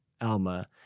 Alma